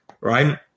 right